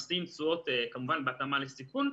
כמובן, בהתאמה לסיכון.